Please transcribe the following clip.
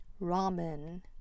ramen